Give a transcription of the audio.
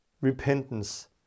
repentance